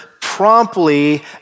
promptly